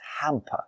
hamper